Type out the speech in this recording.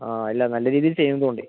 ആ അല്ല നല്ല രീതിയിൽ ചെയ്യുന്നതുകൊണ്ട്